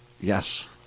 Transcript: Yes